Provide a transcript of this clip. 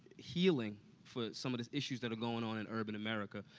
healing for some of the issues that are going on in urban america,